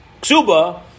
ksuba